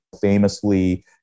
famously